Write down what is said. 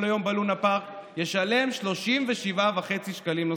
ליום בלונה פארק ישלם 37.5 שקלים נוספים.